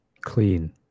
clean